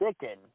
chicken